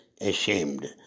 ashamed